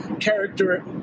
character